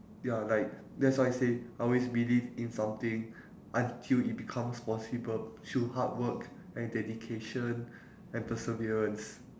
ya like that's why I say I always believe in something until it becomes possible through hardwork and dedication and perseverance